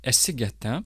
esi gete